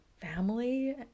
family